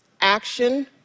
action